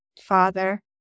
Father